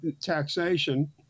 taxation